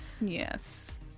yes